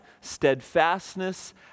steadfastness